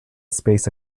space